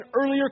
earlier